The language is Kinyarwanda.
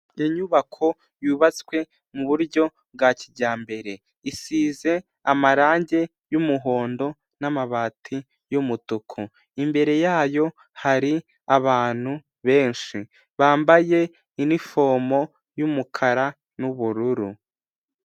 Inyubako yubatswe mu buryo bwa kijyambere, isize amarangi y'umuhondo n'amabati y'umutuku, imbere yayo hari abantu benshi bambaye inifomo y'umukara n'ubururu.